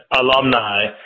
alumni